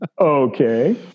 okay